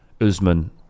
Usman